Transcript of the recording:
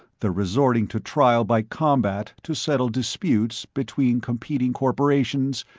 the resorting to trial by combat to settle disputes between competing corporations,